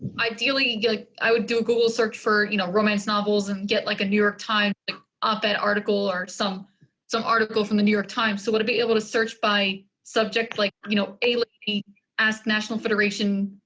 ideally i would do a google search for you know romance novels and get like a new york times op-ed article or some some article from the new york times so would it be able to search by subject like you know a lady ask national federation